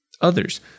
Others